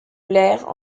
blair